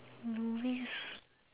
novice